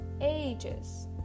ages